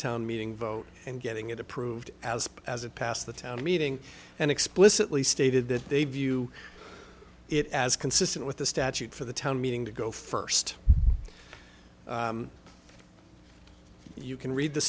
town meeting vote and getting it approved as as it passed the town meeting and explicitly stated that they view it as consistent with the statute for the town meeting to go first you can read the